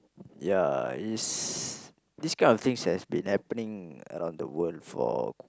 ya is this kind of thing has been happening around the world for